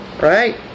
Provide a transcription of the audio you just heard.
right